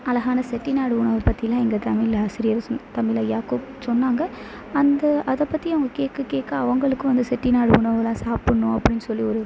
அழகான செட்டிநாடு உணவு பற்றிலாம் எங்கள் தமிழ் ஆசிரியர் தமிழ் ஐயா சொன்னாங்க அந்த அதை பற்றி அவங்கள் கேட்க கேட்க அவங்களுக்கு வந்து செட்டிநாடு உணவுலாம் சாப்புடணும் அப்படின்னு சொல்லி ஒரு